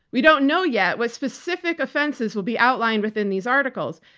we don't know yet what specific offenses will be outlined within these articles,